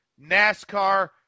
NASCAR